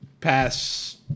pass